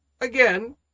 again